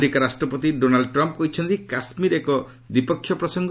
America ରାଷ୍ଟ୍ରପତି Donald Trump କହିଛନ୍ତି କାଶ୍ମୀର ଏକ ଦ୍ୱିପକ୍ଷ ପ୍ରସଙ୍ଗ